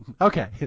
Okay